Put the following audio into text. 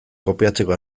kopiatzeko